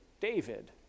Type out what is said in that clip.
David